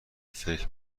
فکر